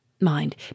mind